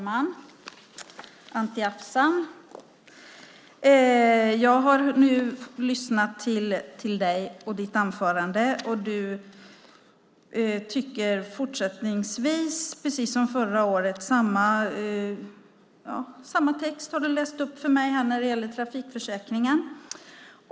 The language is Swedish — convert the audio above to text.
Fru talman! Jag har nu lyssnat till dig och ditt anförande, Anti Avsan. Du tycker fortsättningsvis precis som förra året. Du har läst upp samma text för mig när det gäller trafikförsäkringen.